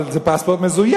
אבל זה פספורט מזויף.